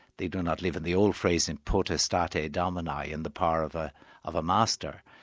they do not live in the old phrase in potestati domini, in the power of ah of a master,